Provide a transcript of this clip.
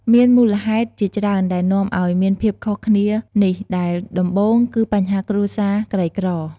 មានមូលហេតុជាច្រើនដែលនាំឲ្យមានភាពខុសគ្នានេះ ដែលដំបូងគឺបញ្ហាគ្រួសារក្រីក្រ។